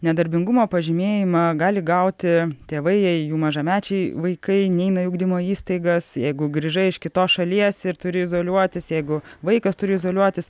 nedarbingumo pažymėjimą gali gauti tėvai jei jų mažamečiai vaikai neina į ugdymo įstaigas jeigu grįžai iš kitos šalies ir turi izoliuotis jeigu vaikas turi izoliuotis